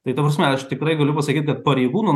tai ta prasme aš tikrai galiu pasakyt kad pareigūnų